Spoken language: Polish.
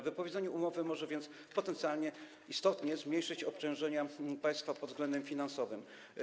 Wypowiedzenie umowy może więc potencjalnie istotnie zmniejszyć obciążenie państwa pod względem finansowym.